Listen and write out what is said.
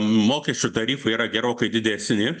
mokesčių tarifai yra gerokai didesni